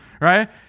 right